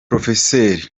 prof